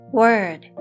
word